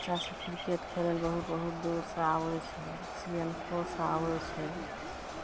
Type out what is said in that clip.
बच्चा सब क्रिकेट खेलय लए बहुत बहुत दूरसँ आबय छै सीएनखोसँ आबय छै